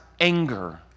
anger